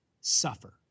suffer